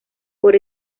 por